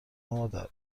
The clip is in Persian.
مادر